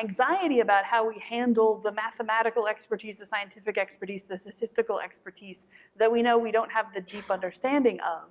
anxiety about how we handle the mathematical expertise, the scientific expertise, the statistical expertise that we know we don't have the deep understanding of.